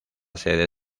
sede